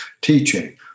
teaching